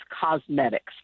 Cosmetics